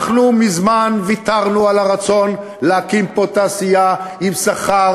אנחנו מזמן ויתרנו על הרצון להקים פה תעשייה עם שכר